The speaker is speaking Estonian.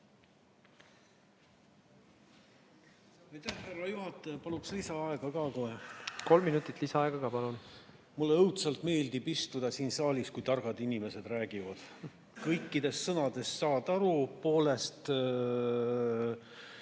Kõikidest sõnadest saad aru, poolest